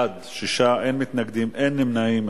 בעד, 6, אין מתנגדים, אין נמנעים.